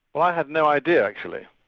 well i had no idea actually.